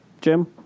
Jim